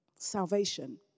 salvation